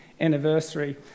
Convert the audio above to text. anniversary